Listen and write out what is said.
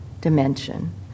dimension